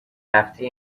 رفتی